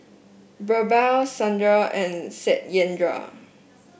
BirbaL Sundar and Satyendra